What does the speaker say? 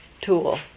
tool